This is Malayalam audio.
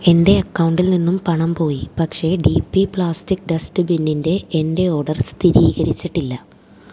എന്റെ അക്കൗണ്ടിൽ നിന്നും പണം പോയി പക്ഷേ ഡി പി പ്ലാസ്റ്റിക് ഡസ്റ്റ്ബിന്നിന്റെ എന്റെ ഓർഡർ സ്ഥിരീകരിച്ചിട്ടില്ല